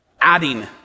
adding